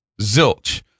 zilch